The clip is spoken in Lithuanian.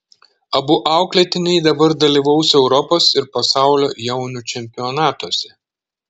abu auklėtiniai dabar dalyvaus europos ir pasaulio jaunių čempionatuose